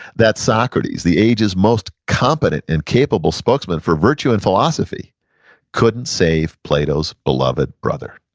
that socrates, the age's most competent and capable spokesman for virtue and philosophy couldn't save plato's beloved brother.